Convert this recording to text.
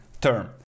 term